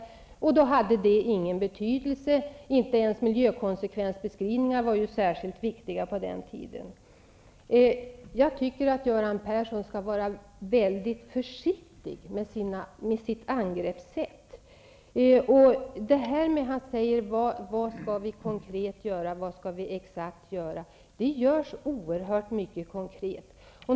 Då hade detta ingen betydelse. Inte ens miljökonsekvensbeskrivningar var särskilt viktiga på den tiden. Jag tycker att Göran Persson skall vara mycket försiktig med sitt angreppssätt. Han frågade vad vi konkret skall göra. Det görs oerhört mycket konkret.